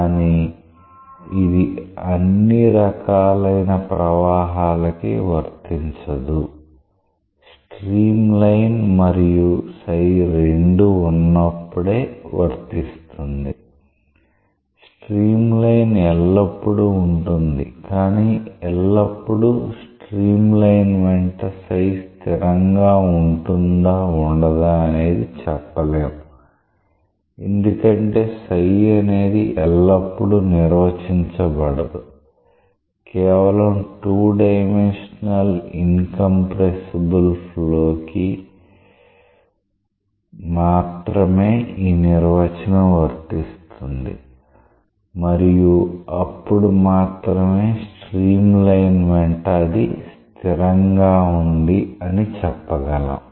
కానీ ఇది అన్ని రకాలైన ప్రవాహాలకి వర్తించదు స్ట్రీమ్ లైన్ మరియు రెండూ ఉన్నప్పుడే ఇది వర్తిస్తుంది స్ట్రీమ్లైన్ ఎల్లప్పుడూ ఉంటుంది కానీ ఎల్లప్పుడూ స్ట్రీమ్లైన్ వెంట స్థిరంగా ఉంటుందా ఉండదా అనేది చెప్పలేం ఎందుకంటే అనేది ఎల్లప్పుడూ నిర్వచించబడదు కేవలం 2 డైమెన్షనల్ ఇన్ కంప్రెసిబుల్ ఫ్లో కి మాత్రమే ఈ నిర్వచనం వర్తిస్తుంది మరియు అప్పుడు మాత్రమే స్ట్రీమ్ లైన్ వెంట ఇది స్థిరంగా వుంది అని చెప్పగలం